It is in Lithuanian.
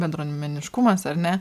bendruomeniškumas ar ne